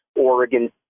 Oregon